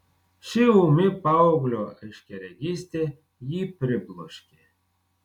ši ūmi paauglio aiškiaregystė jį pribloškė